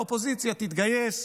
האופוזיציה תתגייס,